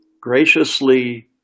graciously